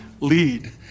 lead